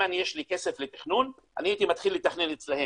אם יש לי כסף לתכנון אני הייתי מתחיל לתכנן אצלם